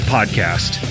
Podcast